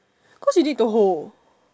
cause you need to hold